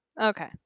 Okay